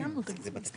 לעבור על התקנות?